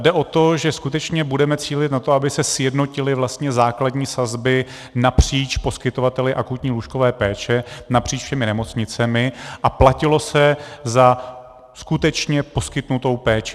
Jde o to, že skutečně budeme cílit na to, aby se sjednotily vlastně základní sazby napříč poskytovateli akutní lůžkové péče napříč všemi nemocnicemi a platilo se za skutečně poskytnutou péči.